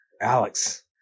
Alex